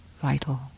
vital